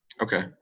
Okay